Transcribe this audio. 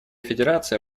федерация